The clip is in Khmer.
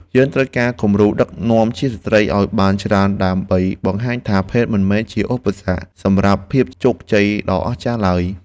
យើងត្រូវការគំរូដឹកនាំជាស្ត្រីឱ្យបានច្រើនដើម្បីបង្ហាញថា ភេទមិនមែនជាឧបសគ្គសម្រាប់ភាពជោគជ័យដ៏អស្ចារ្យឡើយ។